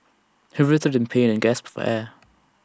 he writhed in pain and gasped for air